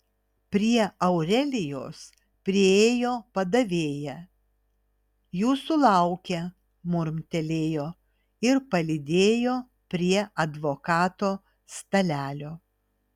prie aurelijos priėjo padavėja jūsų laukia murmtelėjo ir palydėjo prie advokato stalelio